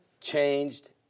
changed